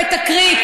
בתקרית,